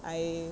I